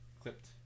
clipped